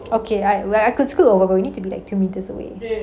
okay I where I could scoop over you need to be like two metres away